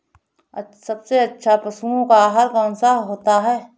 सबसे अच्छा पशुओं का आहार कौन सा होता है?